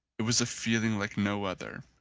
it was a feeling like no other,